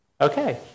okay